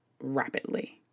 rapidly